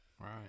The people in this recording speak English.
Right